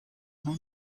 her